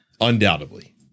undoubtedly